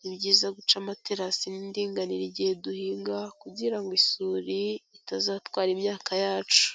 Ni byiza guca amaterasi y'indinganire igihe duhinga kugira ngo isuri itazatwara imyaka yacu.